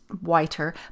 whiter